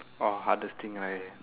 orh hardest thing I